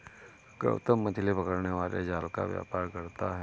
गौतम मछली पकड़ने वाले जाल का व्यापार करता है